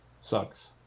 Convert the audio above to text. sucks